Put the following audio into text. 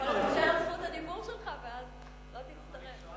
אתה יכול לוותר על זכות הדיבור שלך ואז לא תצטרך.